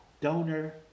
Donor